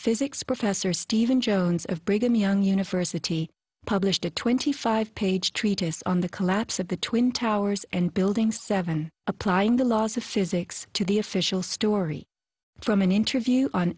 physics professor steven jones of brigham young university published a twenty five page treatise on the collapse of the twin towers and building seven applying the laws of physics to the official story from an interview on